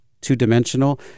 two-dimensional